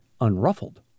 unruffled